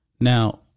Now